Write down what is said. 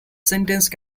sentence